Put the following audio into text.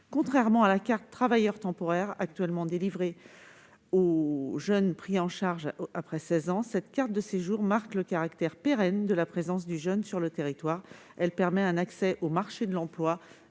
Contrairement à la carte « travailleur temporaire » actuellement délivrée aux jeunes pris en charge après 16 ans, cette carte de séjour marque le caractère pérenne de la présence du jeune sur le territoire ; elle permet un accès au marché de l'emploi